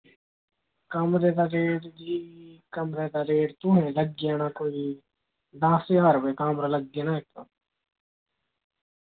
कमरे दा रेट कमरे दा रेट तुसें ई लग्गी जाना कोई दस्स ज्हार कमरा लग्गी जाना इक्क